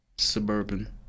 Suburban